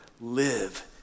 Live